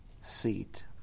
seat